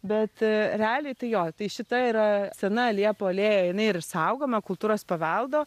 bet realiai tai jo tai šita yra sena liepų alėja yra saugoma kultūros paveldo